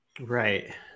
right